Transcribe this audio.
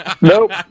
Nope